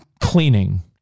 cleaning